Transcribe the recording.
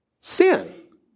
Sin